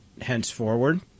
henceforward